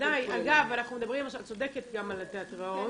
את צודקת גם על התיאטראות.